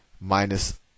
minus